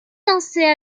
danser